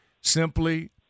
Simply